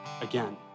again